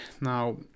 now